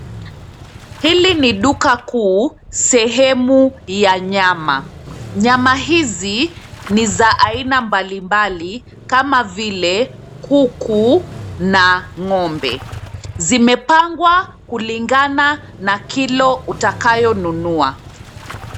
Hili ni duka kuu sehemu ya nyama. Nyama hizi ni za aina mbali mbali kama vile kuku na ng'ombe. Zimepangwa kulingana na kilo utakayo nunua.